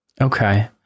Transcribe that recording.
Okay